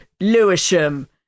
Lewisham